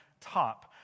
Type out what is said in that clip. top